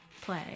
play